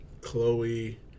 Chloe